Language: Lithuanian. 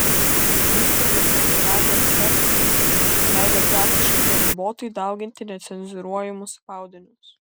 įstaigose atsiradę kserksai leido praktiškai neribotai dauginti necenzūruojamus spaudinius